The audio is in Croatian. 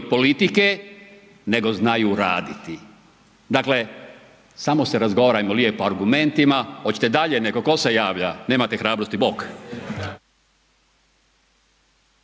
politike, nego znaju raditi, dakle samo se razgovarajmo lijepo argumentima. Oćete dalje neko, tko se javlja? Nemate hrabrosti, bok.